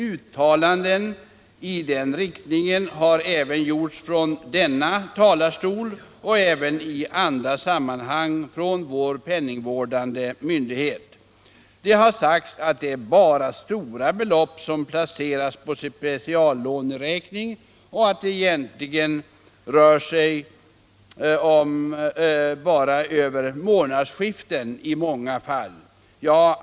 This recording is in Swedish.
Uttalanden i den riktningen har gjorts från denna talarstol och även i andra sammanhang från vår penningvårdande myndighet. Det har sagts att det bara är stora belopp som kan placeras på speciallåneräkning och att det egentligen rör sig om placeringar bara över månadsskiften i många fall.